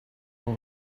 all